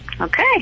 Okay